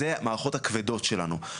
זה המערכות הכבדות שלנו,